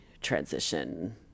transition